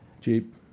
Cheap